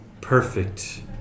perfect